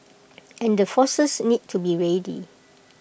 and the forces need to be ready